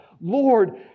Lord